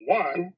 one